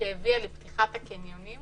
שהביאה לפתיחת הקניונים